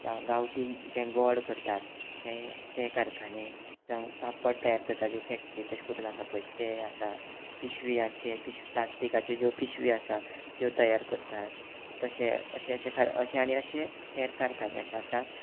जावं गांवठी जें गोड करतात तें ते कारखाने जावं पापड तयार करता ज्यो फॅक्ट्री तशें करून आसा पय ते आसा पिशवीयांचे पिश प्लाश्टिकाच्यो ज्यो पिशवी आसा त्यो तयार करतात तशें अशें अशे खा अशें आनी अशें हेर कारखाने अशें आसात